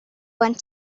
went